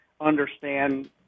understand